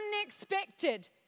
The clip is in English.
unexpected